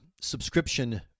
subscription